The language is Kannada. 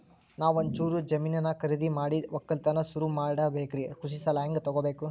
ನಾ ಒಂಚೂರು ಜಮೀನ ಖರೀದಿದ ಮಾಡಿ ಒಕ್ಕಲತನ ಸುರು ಮಾಡ ಬೇಕ್ರಿ, ಕೃಷಿ ಸಾಲ ಹಂಗ ತೊಗೊಬೇಕು?